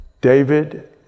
David